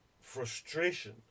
frustration